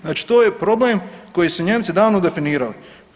Znači to je problem koji su Nijemci davno definirali.